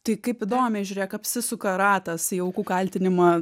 tai kaip įdomiai žiūrėk apsisuka ratas į aukų kaltinimą